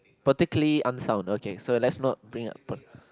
particularly unsound okay so let's not bring up